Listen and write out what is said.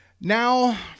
Now